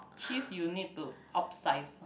cheese you need to upsize